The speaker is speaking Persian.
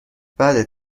بعد